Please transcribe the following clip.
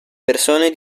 persone